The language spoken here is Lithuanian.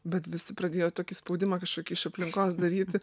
bet visi pradėjo tokį spaudimą kažkokį iš aplinkos daryti